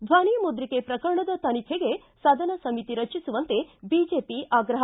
ಿ ದ್ವನಿ ಮುದ್ರಿಕೆ ಪ್ರಕರಣದ ತನಿಖೆಗೆ ಸದನ ಸಮಿತಿ ರಚಿಸುವಂತೆ ಬಿಜೆಪಿ ಆಗ್ರಹ